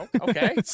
okay